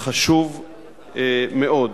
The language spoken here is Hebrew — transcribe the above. חשוב מאוד.